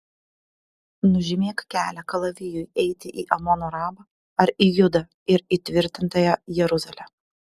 nužymėk kelią kalavijui eiti į amono rabą ar į judą ir įtvirtintąją jeruzalę